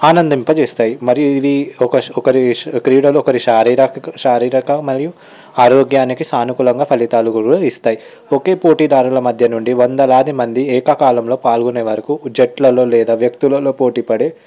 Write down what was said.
ఆనందింపజేస్తాయి మరి ఇవి ఒక ఒకరి క్రీడలు ఒకరి శారీరక శారీరక మరియు ఆరోగ్యానికి సానుకూలంగా ఫలితాలు కూర ఇస్తాయి ఒకే పోటీదారుల మధ్య నుండి వందలాది మంది ఏకకాలంలో పాల్గొనే వరకు జట్లలో లేదా వ్యక్తులలో పోటీపడి